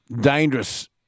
dangerous